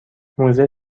موزه